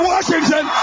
Washington